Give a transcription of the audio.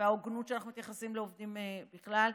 וההוגנות שבה אנחנו מתייחסים לעובדים בכלל,